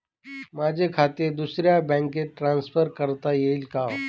माझे खाते दुसऱ्या बँकेत ट्रान्सफर करता येईल का?